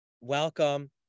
welcome